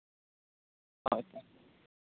ᱦᱳᱭ